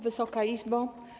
Wysoka Izbo!